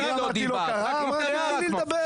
אני חושב שהגדרתי את זה,